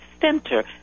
center